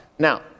Now